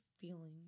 feeling